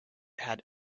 had